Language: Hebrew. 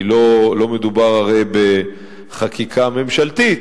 לא מדובר הרי בחקיקה ממשלתית,